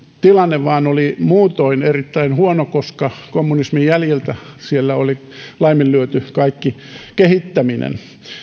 tilanne vain oli muutoin erittäin huono koska kommunismin jäljiltä siellä oli laiminlyöty kaikki kehittäminen